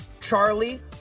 Charlie